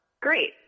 great